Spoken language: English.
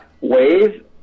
wave